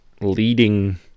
leading